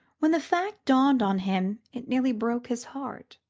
when the fact dawned on him it nearly broke his heart,